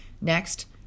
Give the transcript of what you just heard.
Next